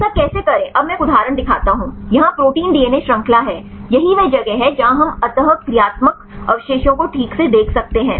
ऐसा कैसे करें अब मैं एक उदाहरण दिखाता हूं यहां प्रोटीन डीएनए श्रृंखला है यही वह जगह है जहां हम अंतःक्रियात्मक अवशेषों को ठीक से देख सकते हैं